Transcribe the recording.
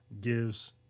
gives